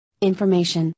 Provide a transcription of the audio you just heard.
information